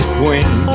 queen